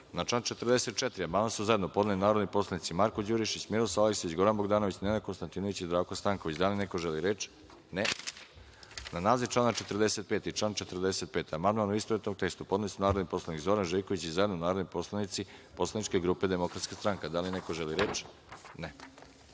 član 44. amandman su zajedno podneli narodni poslanici Marko Đurišić, Miroslav Aleksić, Goran Bogdanović, Nenad Konstantinović i Zdravko Stanković. Da li neko želi reč? (Ne)Na naziv člana 45. i član 45. amandman, u istovetnom tekstu, podneli su narodni poslanik Zoran Živković, i zajedno narodni poslanici Poslaničke grupe DS.Da li neko želi reč?